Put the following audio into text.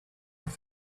off